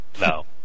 No